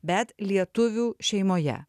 bet lietuvių šeimoje